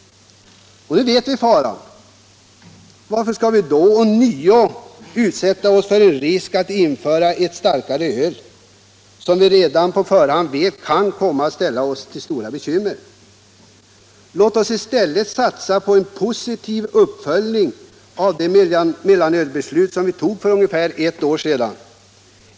Nu vet vi om faran. Varför skall vi då ånyo utsätta oss för risken att införa ett starkare öl, om vilket vi redan på förhand vet att det kan komma att ställa till stora bekymmer? Låt oss i stället satsa på en positiv uppföljning av det mellanölsbeslut som vi fattade för ungefär ett år sedan.